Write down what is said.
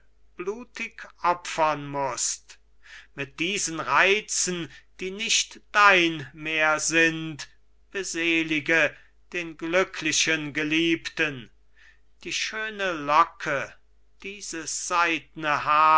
blutig opfern mußt mit diesen reizen die nicht dein mehr sind beselige den glücklichen geliebten die schöne locke dieses seidne